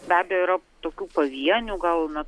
be abejo yra tokių pavienių gal na